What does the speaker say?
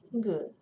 Good